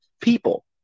people